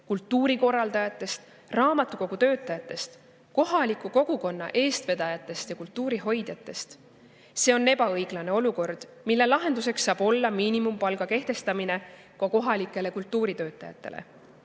kultuurikorraldajatest, raamatukogutöötajatest, kohaliku kogukonna eestvedajatest ja kultuuri hoidjatest. See on ebaõiglane olukord, mille lahendus saab olla miinimumpalga kehtestamine ka kohalikele kultuuritöötajatele.